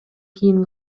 кийин